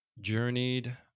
journeyed